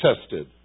tested